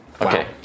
Okay